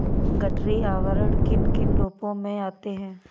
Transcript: गठरी आवरण किन किन रूपों में आते हैं?